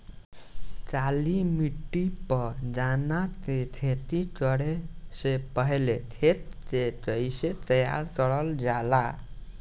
काली मिट्टी पर गन्ना के खेती करे से पहले खेत के कइसे तैयार करल जाला?